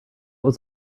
was